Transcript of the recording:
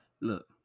look